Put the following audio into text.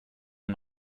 man